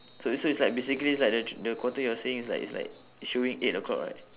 so so it's like basically it's like the thr~ the quarter you're saying it's like it's like it's showing eight o'clock right